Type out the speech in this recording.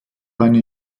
einen